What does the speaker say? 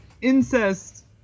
Incest